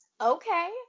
Okay